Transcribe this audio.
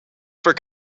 for